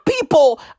people